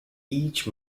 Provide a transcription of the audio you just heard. each